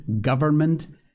government